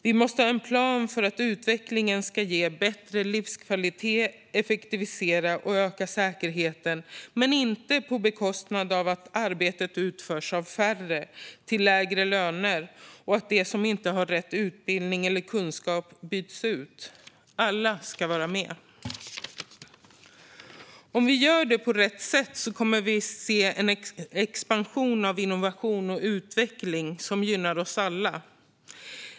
Vi måste ha en plan för att utvecklingen ska ge bättre livskvalitet, effektivisera och öka säkerheten, men inte till priset av att arbetet utförs av färre, till lägre löner, och att de som inte har rätt utbildning eller kunskap byts ut. Alla ska vara med. Om vi gör detta på rätt sätt kommer vi att se en expansion av innovation och utveckling som gynnar oss alla.